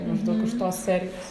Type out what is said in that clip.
maždaug iš tos serijos